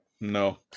No